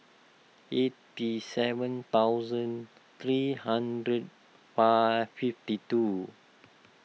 eighty seven thousand three hundred five fifty two